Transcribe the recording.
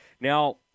Now